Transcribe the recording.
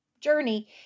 journey